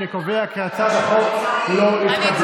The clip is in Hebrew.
אני קובע כי הצעת החוק לא התקבלה.